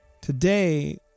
Today